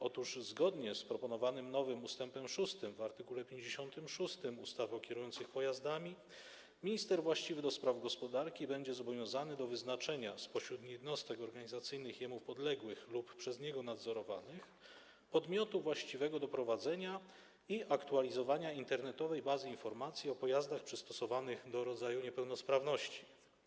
Otóż zgodnie z proponowanym nowym ust. 6 w art. 56 ustawy o kierujących pojazdami minister właściwy do spraw gospodarki będzie zobowiązany do wyznaczenia spośród jednostek organizacyjnych mu podległych lub przez niego nadzorowanych podmiotu właściwego do prowadzenia i aktualizowania internetowej bazy informacji o pojazdach przystosowanych do rodzaju niepełnosprawności.